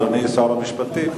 אדוני שר המשפטים,